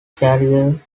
career